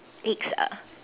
eggs ah